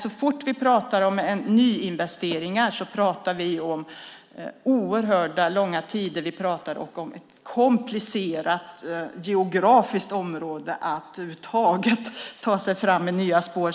Så fort vi talar om nyinvesteringar handlar det om oerhört långa tider, och det är också komplicerat rent geografiskt att över huvud taget dra nya spår.